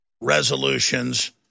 resolutions